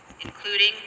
including